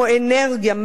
כמו אנרגיה,